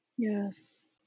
Yes